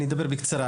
אני אדבר בקצרה.